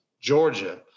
Georgia